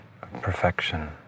perfection